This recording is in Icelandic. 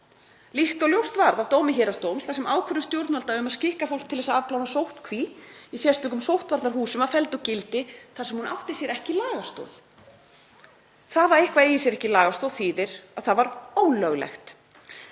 líkt og ljóst varð af dómi héraðsdóms þar sem ákvörðun stjórnvalda um að skikka fólk til þess að afplána sóttkví í sérstökum sóttvarnahúsum var felld úr gildi þar sem hún átti sér ekki lagastoð. Það að eitthvað eigi sér ekki lagastoð þýðir að það er ólöglegt.